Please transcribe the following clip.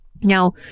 Now